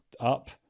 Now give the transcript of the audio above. up